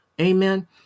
Amen